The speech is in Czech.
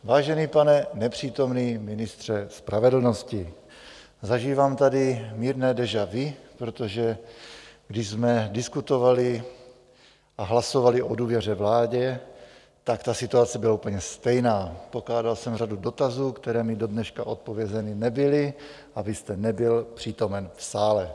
Vážený pane nepřítomný ministře spravedlnosti, zažívám tady mírné déjà vu, protože když jsme diskutovali a hlasovali o důvěře vládě, situace byla úplně stejná: pokládal jsem řadu dotazů, které mi do dneška odpovězeny nebyly, a vy jste nebyl přítomen v sále.